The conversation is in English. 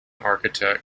architect